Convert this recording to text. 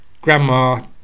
Grandma